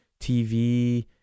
TV